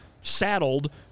saddled